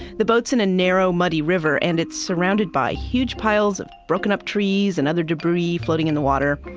the boat's in a narrow, muddy river, and it's surrounded by huge piles of broken up trees and other debris floating in the water.